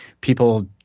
people